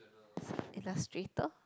illustrator